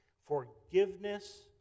forgiveness